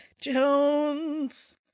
Jones